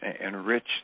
enrich